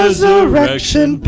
Resurrection